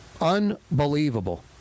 Unbelievable